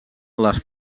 les